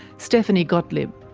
stephanie gotlib.